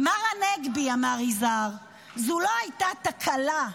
"מר הנגבי", אמר יזהר, "זו לא הייתה תקלה,